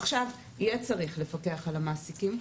עכשיו יהיה צריך לפקח על המעסיקים.